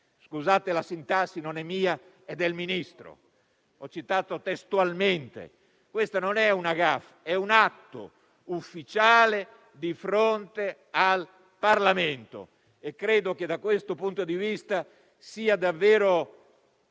Scusate la sintassi, non è mia, è del Ministro, che ho citato testualmente. Questa non è una *gaffe*, è un atto ufficiale di fronte al Parlamento e credo che da questo punto di vista sia davvero